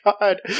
God